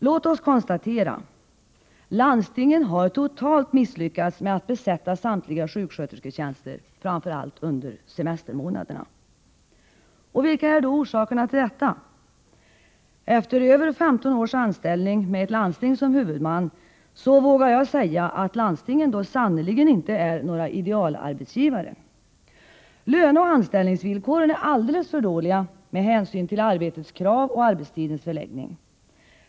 Låt oss konstatera: Landstingen har totalt misslyckats med att besätta samtliga sjukskötersketjänster, framför allt under semestermånaderna. Vilka är då orsakerna till detta? Efter över 15 års anställning med ett landsting som huvudman vågar jag säga, att landstingen sannerligen inte är några idealarbetsgivare. Löneoch anställningsvillkoren är alldeles för dåliga med hänsyn till arbetets krav och arbetstidernas förläggning.